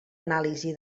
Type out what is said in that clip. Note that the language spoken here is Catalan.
anàlisi